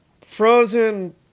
frozen